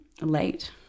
Late